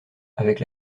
avec